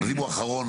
ואם הוא אחרון,